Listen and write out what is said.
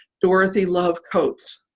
dorothy love coates.